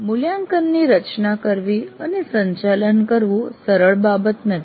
મૂલ્યાંકનની રચના કરવી અને સંચાલન કરવું સરળ બાબત નથી